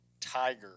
Tiger